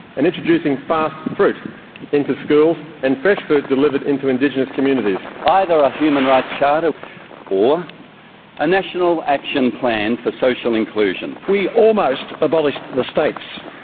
and introducing fast fruit into schools and fresh fruit delivered into indigenous communities. either a human rights charter or a national action plan for social inclusion. we almost abolished the states.